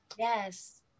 Yes